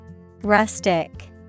Rustic